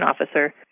officer